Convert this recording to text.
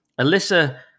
Alyssa